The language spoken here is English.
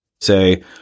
say